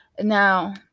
Now